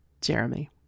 Jeremy